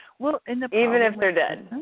well and even if they're dead.